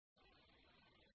આ સત્રમાં આપનું સ્વાગત છે